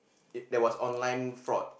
it there was online fraud